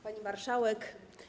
Pani Marszałek!